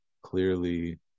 clearly